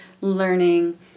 learning